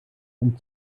ein